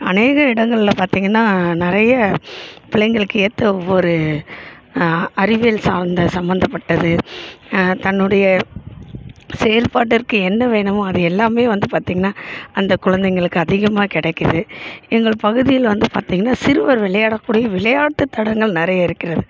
அநேக இடங்களில் பார்த்திங்கனா நிறைய பிள்ளைங்களுக்கு ஏற்ற ஒவ்வொரு அறிவியல் சார்ந்த சம்மந்தப்பட்டது தன்னுடைய செயல்பாட்டிற்கு என்ன வேணுமோ அது எல்லாமே வந்து பார்த்திங்கனா அந்த குழந்தைங்களுக்கு அதிகமாக கிடைக்குது எங்கள் பகுதியில் வந்து பார்த்திங்கனா சிறுவர் விளையாடக்கூடிய விளையாட்டுத்தடங்கள் நிறைய இருக்கிறது